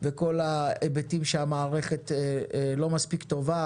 וכל ההיבטים שהמערכת לא מספיק טובה,